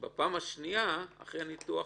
שבפעם השנייה אחרי הניתוח